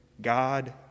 God